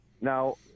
Now